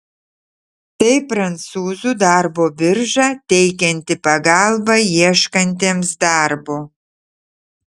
tai prancūzų darbo birža teikianti pagalbą ieškantiems darbo